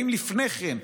האם לפני כן,